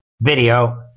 video